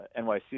NYC